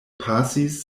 pasis